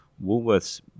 Woolworth's